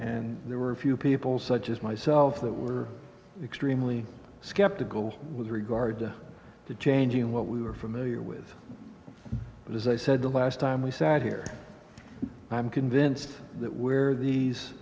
and there were a few people such as myself that were extremely skeptical with regard to changing what we were familiar with but as i said the last time we sat here i'm convinced that where